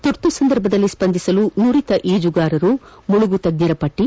ತುರ್ತು ಸಂದರ್ಭದಲ್ಲಿ ಸ್ಪಂದಿಸಲು ನುರಿತ ಈಜುಗಾರರು ಮುಳುಗು ತಜ್ಜರ ಪಟ್ಟಿ